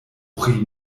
pri